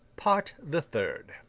part the third